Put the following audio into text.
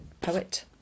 poet